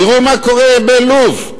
תראו מה קורה בלוב,